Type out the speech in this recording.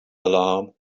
alarm